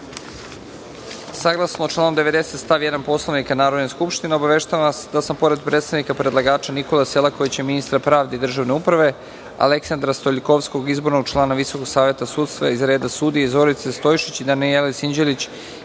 Rajčić. Saglasno članu 90. stav 1. Poslovnika Narodne skupštine, obaveštavam vas da sam, pored predstavnika predlagača Nikole Selakovića, ministra pravde i državne uprave, Aleksandra Stoiljkovskog, izbornog člana Visokog saveta sudstva iz reda sudija i Zorice Stojšić i Danijele Sinđelić,